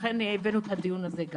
לכן הבאנו את הדיון על ניצולי השואה.